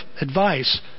advice